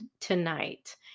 tonight